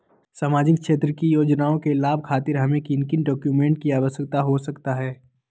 सामाजिक क्षेत्र की योजनाओं के लाभ खातिर हमें किन किन डॉक्यूमेंट की आवश्यकता हो सकता है?